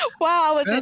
Wow